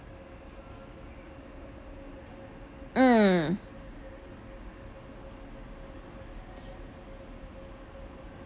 mm